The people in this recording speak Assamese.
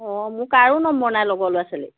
অঁ মোৰ কাৰো নম্বৰ নাই লগ'ৰ ল'ৰা ছোৱালী